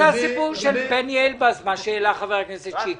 מה הוא הסיפור של בני אלבז שהעלה חבר הכנסת שיקלי?